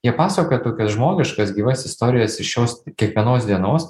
jie pasakoja tokias žmogiškas gyvas istorijas iš šios kiekvienos dienos